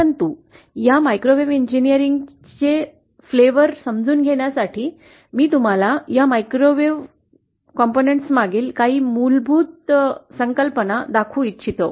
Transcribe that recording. परंतु या मायक्रोवेव्ह इंजिनीअरिंगची चव समजून घेण्यासाठी मी तुम्हाला या मायक्रोवेव्ह घटक मागील काही मूलभूत संकल्पना दाखवू इच्छितो